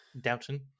Downton